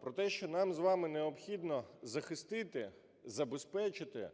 про те, що нам з вами необхідно захистити, забезпечити